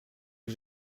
que